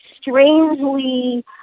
strangely